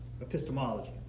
epistemology